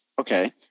Okay